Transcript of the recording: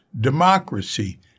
democracy